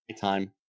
time